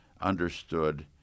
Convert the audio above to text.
understood